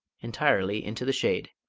entirely into the shade.